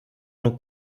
j’en